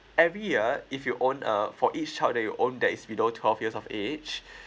every year if you own a for each child that you own that is below twelve years of age